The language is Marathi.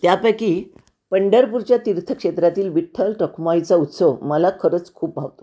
त्यापैकी पंढरपूरच्या तीर्थक्षेत्रातील विठ्ठल रखुमाईचा उत्सव मला खरंच खूप भावतो